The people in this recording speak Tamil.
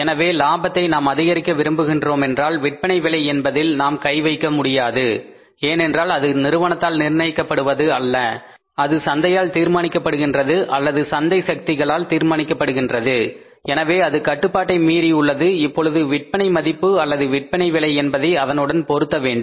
எனவே லாபத்தை நாம் அதிகரிக்க விரும்புகின்றோமென்றால் விற்பனை விலை என்பதில் நாம் கை வைக்க முடியாது ஏனென்றால் அது நிறுவனத்தால் நிர்ணயிக்கப்படுவது அல்ல அது சந்தையால் தீர்மானிக்கப்படுகின்றது அல்லது சந்தை சக்திகளால் தீர்மானிக்கப்படுகின்றது எனவே அது கட்டுப்பாட்டை மீறி உள்ளது இப்பொழுது விற்பனை மதிப்பு அல்லது விற்பனை விலை என்பதை அதனுடன் பொருத்த வேண்டும்